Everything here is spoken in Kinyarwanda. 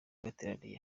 bateraniye